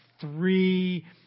Three